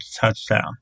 touchdown